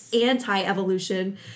anti-evolution